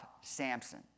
Samson